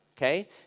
Okay